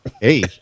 Hey